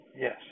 yes